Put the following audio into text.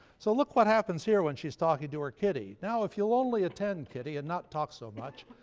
so look what happens here when she's talking to her kitty. now, if you'll only attend kitty, and not talk so much,